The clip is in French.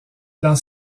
dans